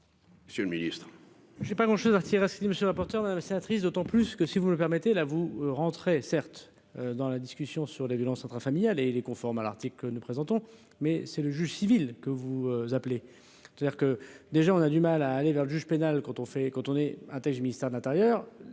monsieur le ministre,